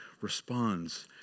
responds